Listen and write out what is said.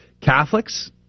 Catholics